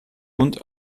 und